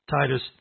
Titus